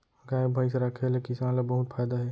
गाय भईंस राखे ले किसान ल बहुत फायदा हे